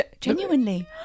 Genuinely